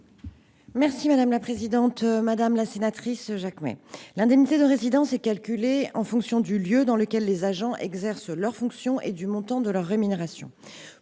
est à Mme la secrétaire d’État. Madame la sénatrice Jacquemet, l’indemnité de résidence est calculée en fonction du lieu dans lequel les agents exercent leurs fonctions et du montant de leur rémunération.